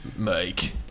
Mike